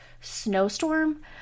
snowstorm